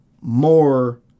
more